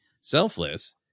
selfless